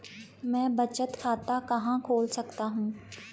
मैं बचत खाता कहां खोल सकता हूं?